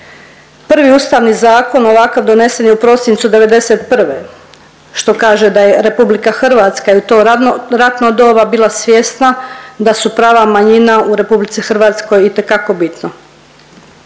Prvi ustavni zakon ovakav donesen je u prosincu '91. što kaže da je RH i u to ratno doba bila svjesna da su prava manjina u RH itekako bitno.